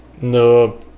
No